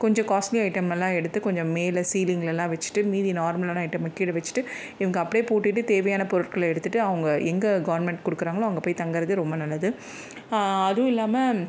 கொஞ்சம் காஸ்ட்லீ ஐட்டமெல்லாம் எடுத்து கொஞ்சம் மேலே சீலிங்லெல்லாம் வச்சுட்டு மீதி நார்மலான ஐட்டமை கீழே வச்சுட்டு இவங்க அப்படியே பூட்டிவிட்டு தேவையான பொருட்களை எடுத்துகிட்டு அவங்க எங்கே கவர்மெண்ட் கொடுக்குறாங்களோ அங்கே போய் தங்குகிறது ரொம்ப நல்லது அதுவும் இல்லாமல்